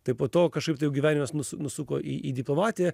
tai po to kažkaip tai jau gyvenimas nusuko į į diplomatiją